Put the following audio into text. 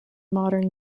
modern